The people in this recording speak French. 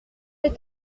est